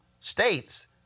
states